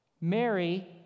Mary